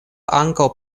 ankaŭ